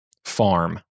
Farm